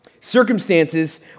Circumstances